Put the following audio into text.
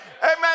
Amen